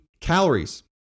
calories